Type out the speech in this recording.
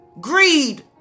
greed